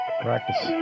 practice